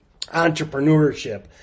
entrepreneurship